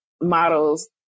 models